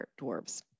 Dwarves